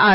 R